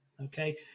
Okay